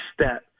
step